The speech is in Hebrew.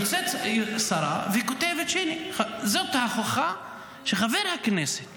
וכותבת: זאת ההוכחה שחבר הכנסת